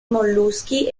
molluschi